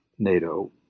NATO